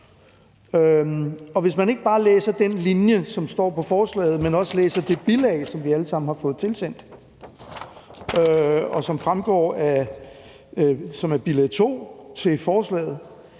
Og hvis man ikke bare læser den linje, som står på forslaget, men også læser det bilag, som vi alle sammen har fået tilsendt, nemlig bilag 2 til forslaget,